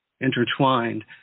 intertwined